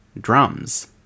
drums